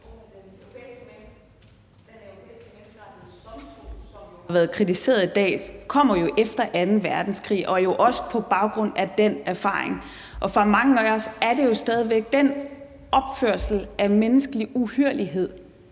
Den Europæiske Menneskerettighedsdomstol, som jo er blevet kritiseret i dag, kommer efter anden verdenskrig og jo også på baggrund af den erfaring, og for mange af os er det jo stadig væk en opførelse af menneskelig uhyrlighed,